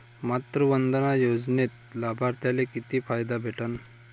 मातृवंदना योजनेत लाभार्थ्याले किती फायदा भेटन?